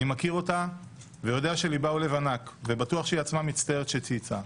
אני מכיר אותה ויודע שליבה הוא לב ענק ובטוח שהיא עצמה מצטערת שצייצה,